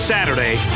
Saturday